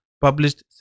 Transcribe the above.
published